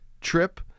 trip